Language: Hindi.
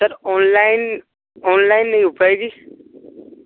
सर ऑनलाइन ऑनलाइन नहीं हो पाएगी